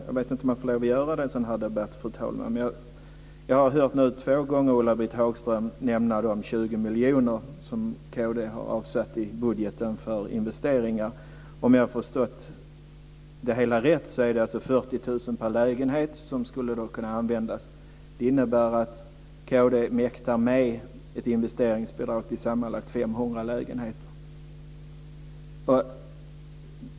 Jag vet inte om jag får göra det i en sådan här debatt, fru talman, men jag har nu två gånger hört Ulla-Britt Hagström nämna de 20 miljoner som kd har avsatt i budgeten för investeringar. Om jag har förstått det hela rätt är det alltså 40 000 kr per lägenhet som skulle kunna användas. Det innebär att kd mäktar med ett investeringsbidrag till sammanlagt 500 lägenheter.